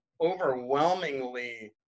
overwhelmingly